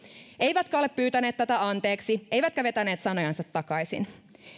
eivätkä ole pyytäneet tätä anteeksi eivätkä vetäneet sanojansa takaisin